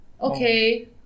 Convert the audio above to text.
Okay